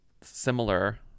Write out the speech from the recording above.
similar